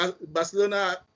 Barcelona